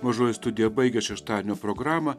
mažoji studija baigė šeštadienio programą